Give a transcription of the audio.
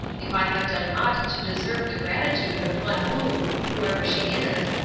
if i have done aught to deserve the gratitude of one who, whoever she is,